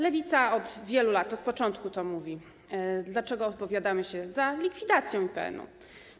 Lewica od wielu lat, od początku mówi, dlaczego opowiadamy się za likwidacją IPN-u.